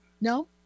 No